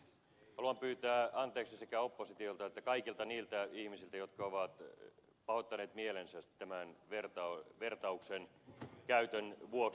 haluan pyytää anteeksi sekä oppositiolta että kaikilta niiltä ihmisiltä jotka ovat pahoittaneet mielensä tämän vertauksen käytön vuoksi